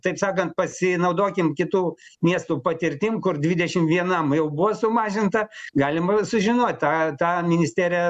taip sakant pasinaudokim kitų miestų patirtim kur dvidešim vienam jau buvo sumažinta galima sužinot tą tą ministerija